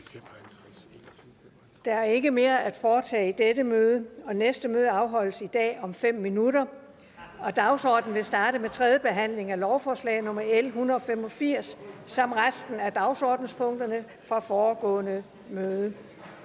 Der er ikke mere at foretage i dette møde. Næste møde afholdes i dag om 5 minutter. Dagsordenen vil starte med tredje behandling af lovforslag nr. L 185 samt resten af dagsordenspunkterne fra det foregående møde.